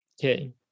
okay